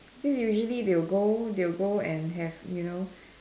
since usually they will go they will go and have you know